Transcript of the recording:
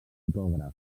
fotògraf